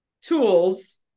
tools